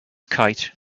kite